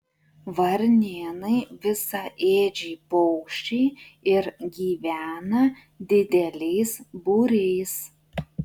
varnėnai visaėdžiai paukščiai ir gyvena dideliais būriais